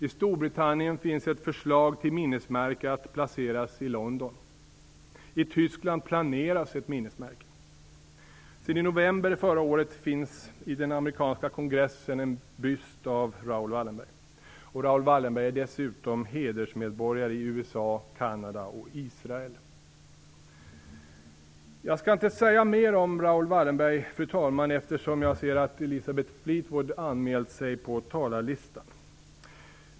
I Storbritannien finns ett förslag till minnesmärke att placeras i London. I Tyskland planeras ett minnesmärke. Sedan i november förra året finns i den amerikanska kongressen en byst av Raoul Wallenberg. Raoul Wallenberg är dessutom hedersmedborgare i USA, Canada och Israel. Fru talman! Jag skall inte säga mera om Raoul Wallenberg, eftersom jag kan se att Elisabeth Fleetwood har anmält sig på talarlistan.